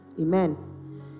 Amen